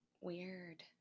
Weird